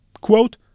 Quote